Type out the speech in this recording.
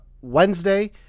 Wednesday